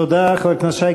תודה, חבר הכנסת שי.